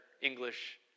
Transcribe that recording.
English